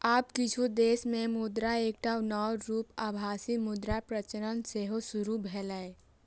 आब किछु देश मे मुद्राक एकटा नव रूप आभासी मुद्राक प्रचलन सेहो शुरू भेलैए